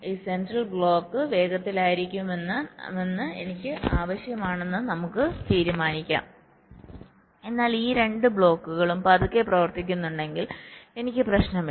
ഈ central block വേഗത്തിലായിരിക്കണമെന്ന് എനിക്ക് ആവശ്യമാണെന്ന് നമുക്ക് അനുമാനിക്കാം എന്നാൽ ഈ രണ്ട് ബ്ലോക്കുകളും പതുക്കെ പ്രവർത്തിക്കുന്നുണ്ടെങ്കിൽ എനിക്ക് പ്രശ്നമില്ല